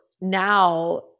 now